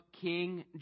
King